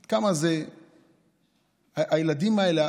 עד כמה הילדים האלה,